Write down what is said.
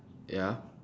ya